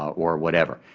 or whatever.